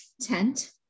tent